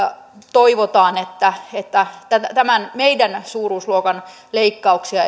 toivotaan että että tämän meidän suuruusluokkamme leikkauksia